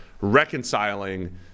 reconciling